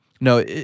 no